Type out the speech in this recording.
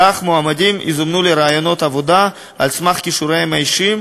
כך מועמדים יזומנו לראיונות עבודה על סמך כישוריהם האישיים,